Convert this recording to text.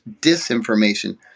disinformation